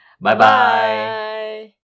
Bye-bye